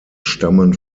stammen